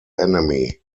enemy